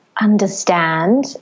understand